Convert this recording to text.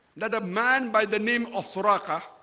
that a man by the name of soraka